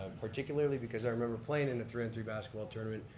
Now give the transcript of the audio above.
particularly because i remember playing in the three on three basketball tournament,